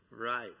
right